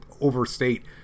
overstate